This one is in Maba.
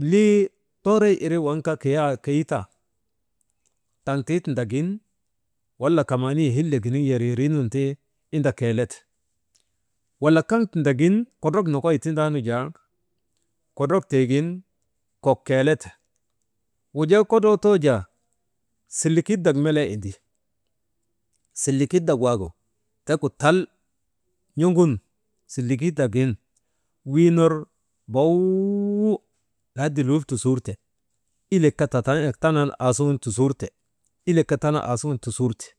Lii toree irii waŋ kaa, «hesitation» kiyitan taŋtii wala kamaanin hillegin yeryerii tindagin inda keelete. Wala kaŋ tindagin kodrok nokoy tindaanu jaa kodrok tiigin kok keelete wujaa kodroo too jaa silikit melee indi, silikitdak waagu tegu tal n̰ogun silikitdagin wii ner bawu lahadi lul tusurte ilek kaa tanan «hesitation» aasugun tusurte,